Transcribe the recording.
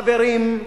חברים,